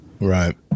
right